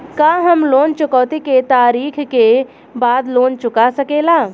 का हम लोन चुकौती के तारीख के बाद लोन चूका सकेला?